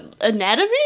anatomy